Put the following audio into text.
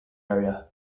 area